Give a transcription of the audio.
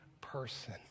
person